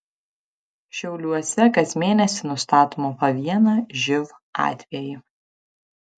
šiauliuose kas mėnesį nustatoma po vieną živ atvejį